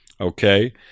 Okay